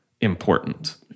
important